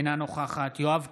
אינה נוכחת יואב קיש,